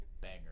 Banger